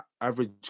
average